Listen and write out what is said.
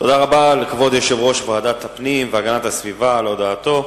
תודה רבה לכבוד יושב-ראש ועדת הפנים והגנת הסביבה על הודעתו.